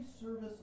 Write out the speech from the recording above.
service